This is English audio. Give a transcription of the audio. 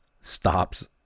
stops